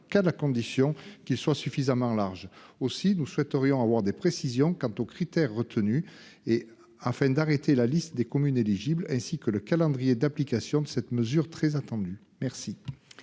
qu'à la condition qu'il soit suffisamment large. Aussi, nous souhaiterions avoir des précisions sur les critères retenus pour arrêter la liste des communes éligibles, ainsi que sur le calendrier d'application de cette mesure très attendue. La